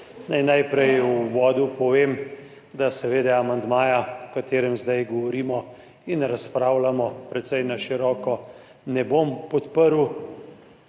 najprej v uvodu povem, da seveda amandmaja, o katerem zdaj govorimo in razpravljamo precej na široko, ne bom podprl,